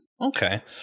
Okay